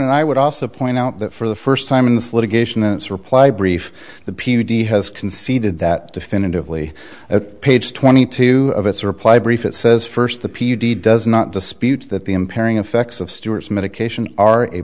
and i would also point out that for the first time in this litigation it's reply brief the p d has conceded that definitively at page twenty two of its reply brief it says first the p d does not dispute that the impairing effects of stewart's medication are a